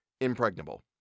impregnable